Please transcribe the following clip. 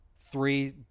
three